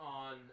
on